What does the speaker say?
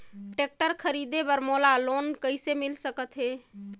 Tractor खरीदे बर मोला लोन कइसे मिल सकथे?